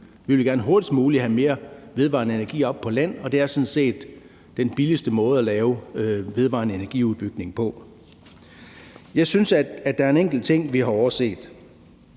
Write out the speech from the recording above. at vi gerne hurtigst muligt ville have mere vedvarende energi op på land, og det er sådan set den billigste måde at lave en vedvarende energi-udbygning på. Jeg synes, at der er en enkelt ting, vi har overset,